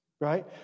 right